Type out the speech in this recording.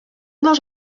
dels